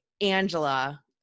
Angela